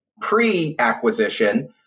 pre-acquisition